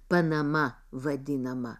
panama vadinamą